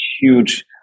huge